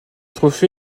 trophée